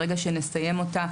ברגע שנסיים אותה,